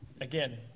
again